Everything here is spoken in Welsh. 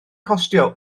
costio